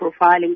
profiling